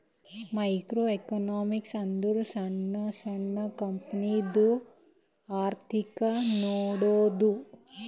micro economics ಅಂದುರ್ ಸಣ್ಣು ಸಣ್ಣು ಕಂಪನಿದು ಅರ್ಥಿಕ್ ನೋಡದ್ದು